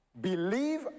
believe